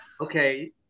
Okay